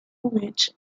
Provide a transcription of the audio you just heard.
which